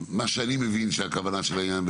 אני מבין שהכוונה של העניין,